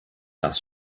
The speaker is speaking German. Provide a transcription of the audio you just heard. das